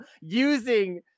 using